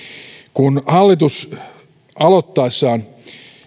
kun hallitus aloittaessaan